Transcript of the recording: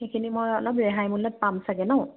সেইখিনি মই অলপ ৰেহাই মূলত পাম চাগে ন